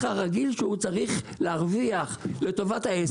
הרגיל שהוא צריך להרוויח לטובת העסק.